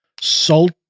salt